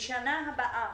בשנה הבאה,